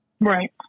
Right